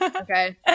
okay